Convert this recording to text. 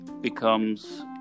becomes